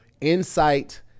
insight